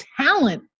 talent